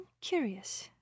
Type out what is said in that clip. curious